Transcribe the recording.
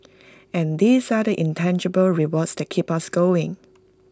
and these are the intangible rewards that keep us going